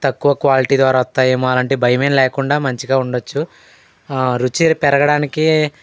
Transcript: తక్కువ క్వాలిటీ ద్వారా వస్తాయేమో అలాంటి భయమేం లేకుండా మంచిగా ఉండొచ్చు రుచి పెరగడానికి